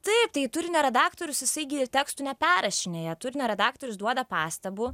taip tai turinio redaktorius jisai gi tekstų neperrašinėja turinio redaktorius duoda pastabų